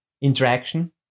interaction